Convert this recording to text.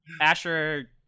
Asher